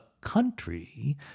country